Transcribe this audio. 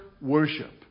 worship